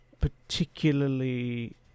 particularly